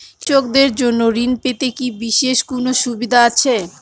কৃষকদের জন্য ঋণ পেতে কি বিশেষ কোনো সুবিধা আছে?